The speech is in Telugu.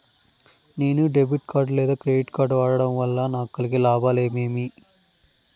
నేను డెబిట్ కార్డు లేదా క్రెడిట్ కార్డు వాడడం వల్ల నాకు కలిగే లాభాలు ఏమేమీ?